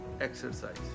Exercise